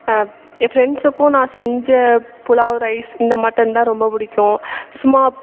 என் ஃப்ரெண்ட்ஸுக்கும் நான் செஞ்ச புலாவ் ரைஸ் இந்த மாட்டோம் தான் ரொம்ப பிடிக்கும் சும்மா